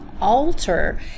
alter